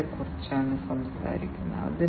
connectivity ആവശ്യങ്ങൾക്കായി ഈ പിന്നുകൾ ഉണ്ട്